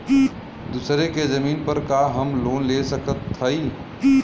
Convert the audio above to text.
दूसरे के जमीन पर का हम लोन ले सकत हई?